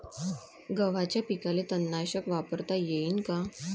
गव्हाच्या पिकाले तननाशक वापरता येईन का?